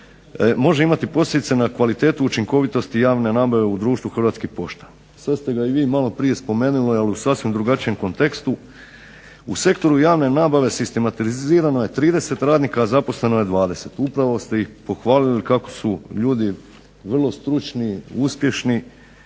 može imati posljedice na kvalitetu učinkovitosti javne nabave u društvu hrvatskih pošta. Sada ste ga i vi malo prije spomenuli ali u sasvim drugačijem kontekstu. U sektoru javne nabave sistematizirano je 30 radnika a zaposleno je 20. Upravo ste ih pohvalili kako su ljudi vrlo stručni, uspješni